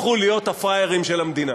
הפכו להיות הפראיירים של המדינה.